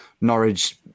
Norwich